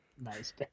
Nice